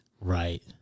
Right